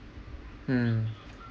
mm